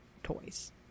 toys